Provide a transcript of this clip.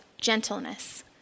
gentleness